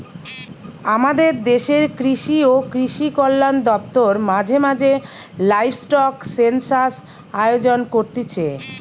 আমদের দেশের কৃষি ও কৃষিকল্যান দপ্তর মাঝে মাঝে লাইভস্টক সেনসাস আয়োজন করতিছে